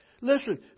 listen